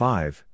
Five